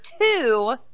two